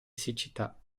siccità